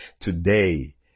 today